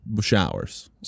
Showers